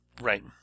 Right